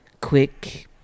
quick